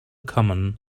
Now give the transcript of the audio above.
common